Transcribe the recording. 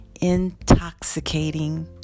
intoxicating